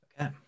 Okay